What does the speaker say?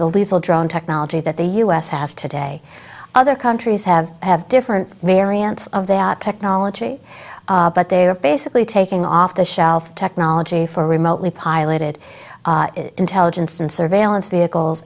lethal drone technology that the u s has today other countries have have different variants of that technology but they're basically taking off the shelf technology for remotely piloted intelligence and surveillance vehicles